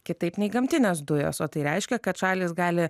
kitaip nei gamtinės dujos o tai reiškia kad šalys gali